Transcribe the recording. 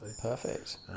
Perfect